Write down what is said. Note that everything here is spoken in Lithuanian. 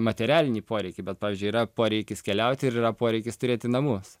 materialinį poreikį bet pavyzdžiui yra poreikis keliauti ir yra poreikis turėti namus